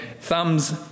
thumbs